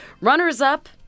Runners-up